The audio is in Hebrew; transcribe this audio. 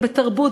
בתרבות,